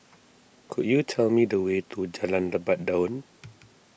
could you tell me the way to Jalan Lebat Daun